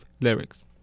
lyrics